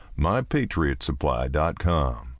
MyPatriotSupply.com